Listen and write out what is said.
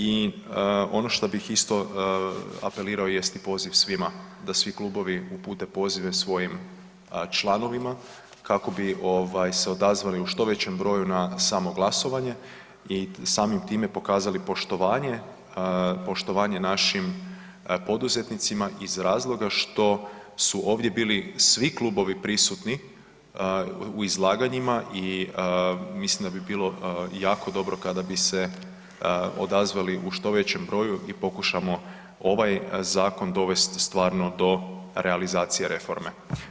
I ono što bih isto apelirao jest i poziv svima, da svi klubovi upute pozive svojim članovima kako bi ovaj se odazvali u što većem broju na samo glasovanje i samim time pokazali poštovanje, poštovanje našim poduzetnicima iz razloga što su ovdje bili svi klubovi prisutni u izlaganjima i mislim da bi bilo jako dobro kada bi se odazvali u što većem broju i pokušamo ovaj zakon dovesti stvarno do realizacije reforma.